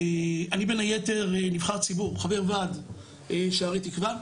אני בין היתר נבחר ציבור, חבר ועד שערי תקווה.